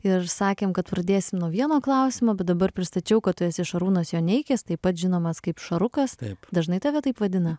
ir sakėm kad pradėsim nuo vieno klausimo bet dabar pristačiau kad tu esi šarūnas joneikis taip pat žinomas kaip šarukas dažnai tave taip vadina